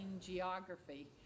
geography